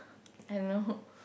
I don't know